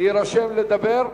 להירשם לדבר?